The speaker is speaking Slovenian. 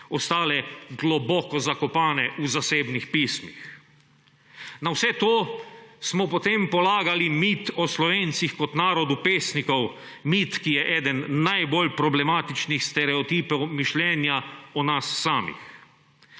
ostale globoko zakopane v zasebnih pismih. Na vse to smo potem polagali mit o Slovencih kot narodu pesnikov, mit, ki je eden najbolj problematičnih stereotipov mišljenja o nas samih.